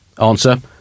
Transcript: Answer